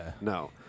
No